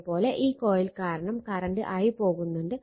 അത് പോലെ ഈ കോയിൽ കാരണം കറണ്ട് i പോകുന്നുണ്ട്